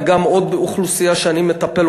וגם עוד אוכלוסייה שאני מטפל בה,